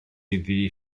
iddi